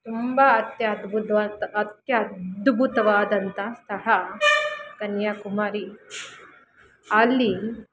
ತುಂಬ ಅತ್ಯ ಅದ್ಭುತವಾತ್ತ ಅತ್ಯ ಅದ್ಭುತವಾದಂಥ ಸ್ಥಳ ಕನ್ಯಾಕುಮಾರಿ ಅಲ್ಲಿ